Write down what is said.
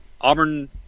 Auburn